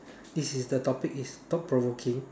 this is the topic is thought provoking